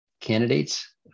candidates